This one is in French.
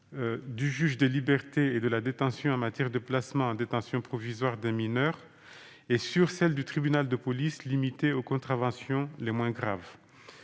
du juge des libertés et de la détention en matière de placement en détention provisoire d'un mineur et sur celle du tribunal de police pour les contraventions les moins graves.